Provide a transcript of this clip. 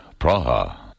Praha